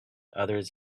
others